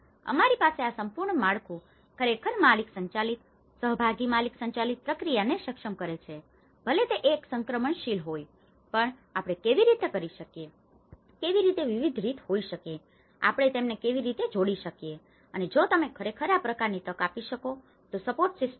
અમારી પાસે આ સંપૂર્ણ માળખું ખરેખર માલિક સંચાલિત સહભાગી માલિક સંચાલિત પ્રક્રિયાને સક્ષમ કરે છે ભલે તે એક સંક્રમણશીલ હોય પણ આપણે કેવી રીતે કરી શકીએ કેવી રીતે વિવિધ રીતો હોઈ શકે આપણે તેમને કેવી રીતે જોડી શકીએ અને જો તમે ખરેખર આ પ્રકારની તક આપી શકો તો સપોર્ટ સિસ્ટમ્સ